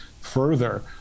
further